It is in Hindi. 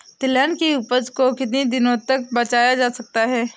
तिलहन की उपज को कितनी दिनों तक बचाया जा सकता है?